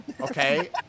Okay